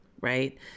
right